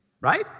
right